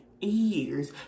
years